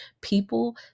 people